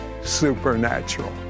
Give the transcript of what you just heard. supernatural